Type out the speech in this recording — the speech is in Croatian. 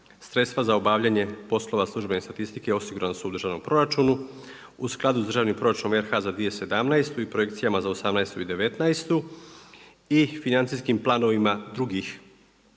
sredstva za obavljanje poslova službene statistike osigurana su u državnom proračunu. U skladu s državnim proračunom RH za 2017. i projekcijama za 2018. i 2019. i financijskim planovima drugih